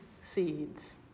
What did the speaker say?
seeds